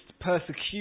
persecution